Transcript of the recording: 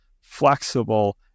flexible